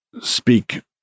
speak